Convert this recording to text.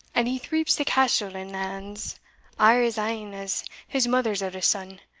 and he threeps the castle and lands are his ain as his mother's eldest son,